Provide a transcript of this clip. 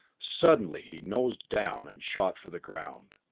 suddenly he nosed down and shot for the ground,